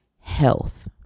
health